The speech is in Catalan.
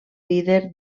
líder